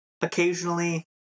occasionally